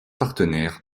partenaires